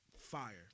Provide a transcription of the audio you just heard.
fire